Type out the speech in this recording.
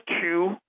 two